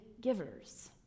givers